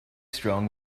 strong